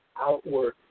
Outward